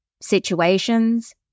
situations